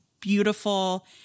beautiful